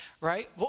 right